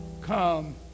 come